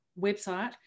website